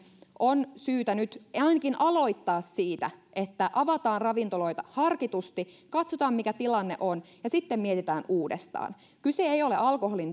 on syytä nyt ainakin aloittaa siitä että avataan ravintoloita harkitusti katsotaan mikä tilanne on ja sitten mietitään uudestaan kyse ei ole alkoholin